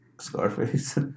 Scarface